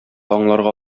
аңларга